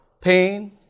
pain